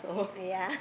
ah yea